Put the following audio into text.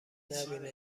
نبینه